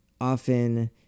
often